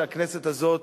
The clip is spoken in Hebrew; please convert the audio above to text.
הכנסת הזאת